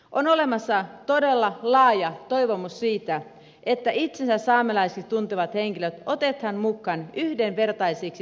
on olemassa todella laaja toivomus siitä että itsensä saamelaisiksi tuntevat henkilöt otetaan mukaan yhdenvertaisiksi toimijoiksi